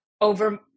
over